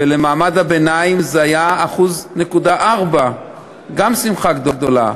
ולמעמד הביניים זה היה 1.4% גם שמחה גדולה.